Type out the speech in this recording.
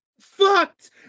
Fucked